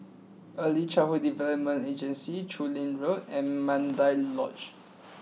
Early Childhood Development Agency Chu Lin Road and Mandai Lodge